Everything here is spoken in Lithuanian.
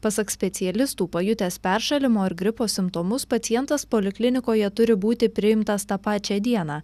pasak specialistų pajutęs peršalimo ar gripo simptomus pacientas poliklinikoje turi būti priimtas tą pačią dieną